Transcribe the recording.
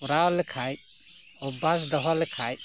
ᱠᱚᱨᱟᱣ ᱞᱮᱠᱷᱟᱱ ᱚᱵᱼᱵᱷᱟᱥ ᱫᱚᱦᱚ ᱞᱮᱠᱷᱟᱱ